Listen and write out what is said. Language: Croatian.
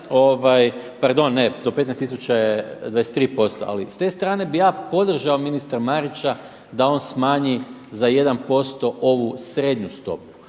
pardon. Ne, do 15000 je 23%. Ali s te strane bih ja podržao ministra Marića da on smanji za 1% ovu srednju stopu,